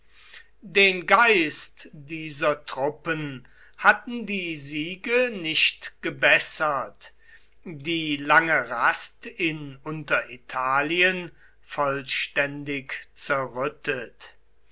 den geist dieser truppen hatten die siege nicht gebessert die lange rast in unteritalien vollständig zerrüttet